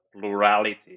plurality